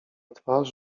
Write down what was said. twarz